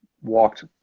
walked